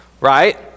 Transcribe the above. right